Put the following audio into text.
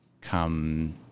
come